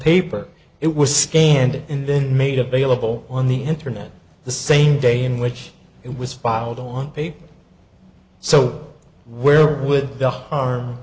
paper it was scanned in then made available on the internet the same day in which it was filed on paper so where would the harm